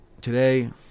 today